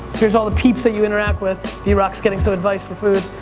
here's all the peeps that you interact with, drock's getting some advice for food.